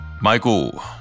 Michael